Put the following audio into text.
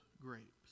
grapes